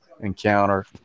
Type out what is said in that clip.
encounter